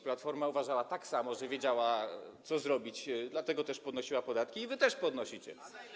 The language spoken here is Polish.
Platforma uważała tak samo - że wiedziała, co zrobić, dlatego podnosiła podatki i wy też podnosicie.